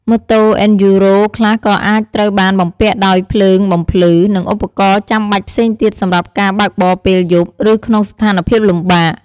ម៉ូតូ អេនឌ្យូរ៉ូ (Enduro) ខ្លះក៏អាចត្រូវបានបំពាក់ដោយភ្លើងបំភ្លឺ និងឧបករណ៍ចាំបាច់ផ្សេងទៀតសម្រាប់ការបើកបរពេលយប់ ឬក្នុងស្ថានភាពលំបាក។